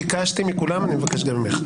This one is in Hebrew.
ביקשתי מכולם, אני מבקש גם ממך.